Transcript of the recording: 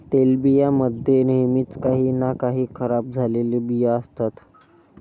तेलबियां मध्ये नेहमीच काही ना काही खराब झालेले बिया असतात